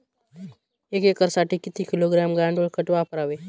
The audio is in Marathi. एक एकरसाठी किती किलोग्रॅम गांडूळ खत वापरावे?